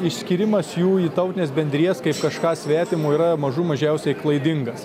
išskyrimas jų į tautines bendrijas kaip kažką svetimo yra mažų mažiausiai klaidingas